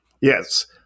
Yes